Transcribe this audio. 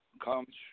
comes